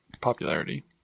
popularity